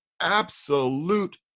absolute